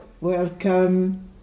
Welcome